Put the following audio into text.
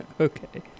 Okay